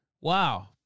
Wow